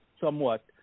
somewhat